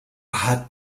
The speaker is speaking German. hat